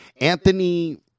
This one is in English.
Anthony